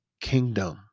kingdom